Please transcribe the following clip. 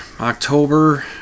October